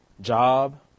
Job